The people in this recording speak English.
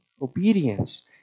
Obedience